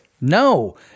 No